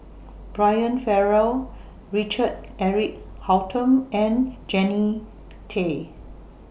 Brian Farrell Richard Eric Holttum and Jannie Tay